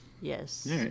Yes